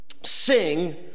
Sing